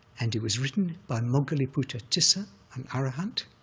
and it was written by moggaliputta tissa, an arahant,